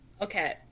Okay